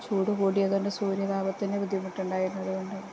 ചൂടു കൂടിയതുകൊണ്ടു സൂര്യതാപത്തിന്റെ ബുദ്ധിമുട്ടുണ്ടായിരുന്നതുകൊണ്ട്